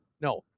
No